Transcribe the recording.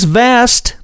vast